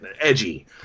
edgy